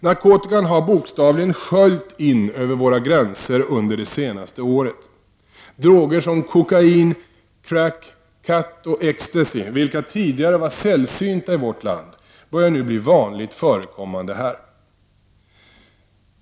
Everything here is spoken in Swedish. Narkotikan har bokstavligen sköljt in över våra gränser under det senaste året. Droger som kokain, crack, khat och Ecstasy, vilka tidgare var sällsynta i vårt land, börjar nu bli vanligt förekommande här.